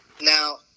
Now